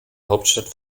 hauptstadt